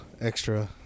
extra